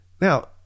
Now